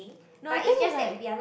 no I think it's like